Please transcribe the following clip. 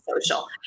Social